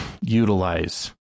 utilize